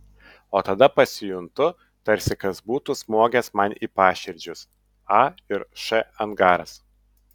o tada pasijuntu tarsi kas būtų smogęs man į paširdžius a ir š angaras